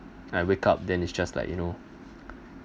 I wake up then it's just like you know